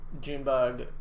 Junebug